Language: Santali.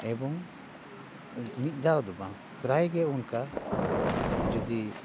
ᱮᱵᱚᱝ ᱢᱤᱫ ᱫᱷᱟᱣ ᱫᱚ ᱵᱟᱝ ᱯᱨᱟᱭ ᱜᱮ ᱚᱱᱠᱟ ᱡᱚᱫᱤ